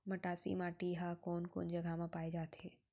मटासी माटी हा कोन कोन जगह मा पाये जाथे?